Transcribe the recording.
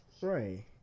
Right